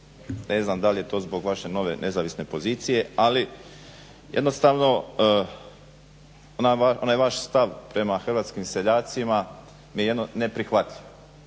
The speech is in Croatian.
Ne znam da li je to zbog vaše nove nezavisne pozicije, ali jednostavno onaj vaš stav prema hrvatskim seljacima mi je jedno neprihvatljiv.